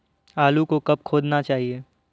आलू को कब खोदना चाहिए?